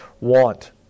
want